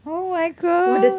oh my god